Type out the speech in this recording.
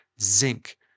zinc